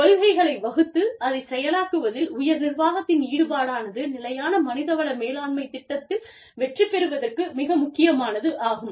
கொள்கைகளை வகுத்து அதைச் செயலாக்குவதில் உயர் நிர்வாகத்தின் ஈடுபாடானது நிலையான மனித வள மேலாண்மை திட்டத்தில் வெற்றி பெறுவதற்கு மிக முக்கியமானதாகும்